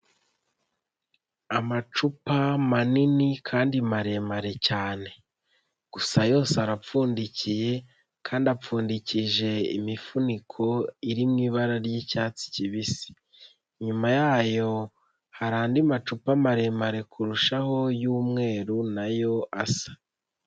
Amacupa manini kandi maremare cyane gusa yose arapfundikiye kandi apfundikije imifuniko iri mu ibara ry'icyatsi kibisi, inyuma yayo hari andi macupa maremare kurushaho y'umweru na yo asa.